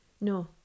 No